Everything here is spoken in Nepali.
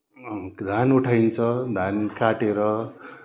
धान उठाइन्छ धान काटेर